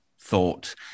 thought